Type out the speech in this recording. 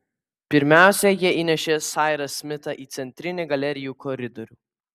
pirmiausia jie įnešė sairą smitą į centrinį galerijų koridorių